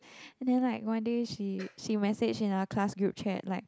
and then like one day she she message in our class group chat like